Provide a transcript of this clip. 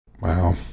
Wow